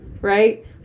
right